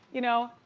you know,